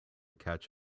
catch